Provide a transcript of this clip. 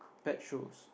pet shows